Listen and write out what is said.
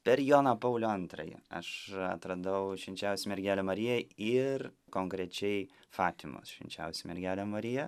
per joną paulių antrąjį aš atradau švenčiausią mergelę mariją ir konkrečiai fatimos švenčiausią mergelę mariją